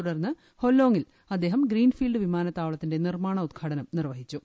തുടർന്ന് ഹൊല്ലോങ്ങിൽ അദ്ദേഹം ഗ്രീൻ ഫീൽഡ് വിമാനത്താവളത്തിന്റെ നിർമ്മാണോദ്ഘാടനം നിർവ്വഹിച്ചു